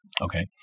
Okay